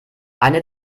eine